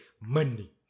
money